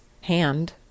hand